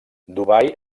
dubai